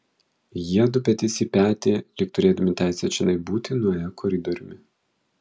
jiedu petys į petį lyg turėdami teisę čionai būti nuėjo koridoriumi